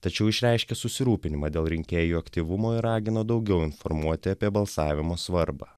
tačiau išreiškė susirūpinimą dėl rinkėjų aktyvumo ir ragino daugiau informuoti apie balsavimo svarbą